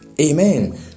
Amen